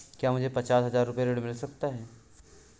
क्या मुझे पचास हजार रूपए ऋण मिल सकता है?